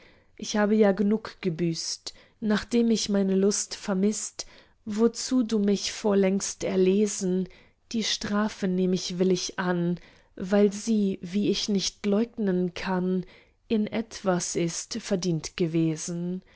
ich habe ja genug gebüßt nachdem ich meine lust vermißt wozu du mich vorlängst erlesen die strafe nehm ich willig an weil sie wie ich nicht leugnen kann in etwas ist verdient gewesen